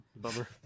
Bummer